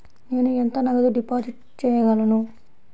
నేను ఎంత నగదు డిపాజిట్ చేయగలను?